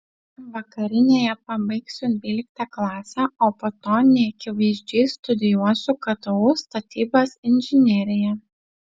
vakarinėje pabaigsiu dvyliktą klasę o po to neakivaizdžiai studijuosiu ktu statybos inžineriją